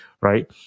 Right